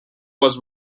was